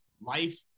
life